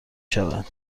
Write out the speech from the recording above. شود